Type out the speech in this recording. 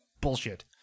bullshit